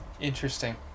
Interesting